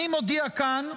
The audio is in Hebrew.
אני מודיע כאן,